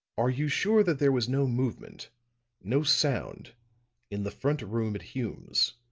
are you sure that there was no movement no sound in the front room at hume's?